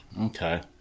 Okay